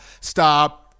stop